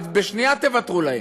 ובשנייה תוותרו להם.